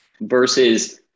versus